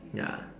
ya